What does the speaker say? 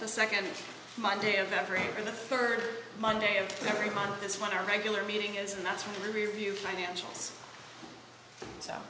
the second monday of every year the first monday of every month that's when our regular meeting is and that's when the review financials so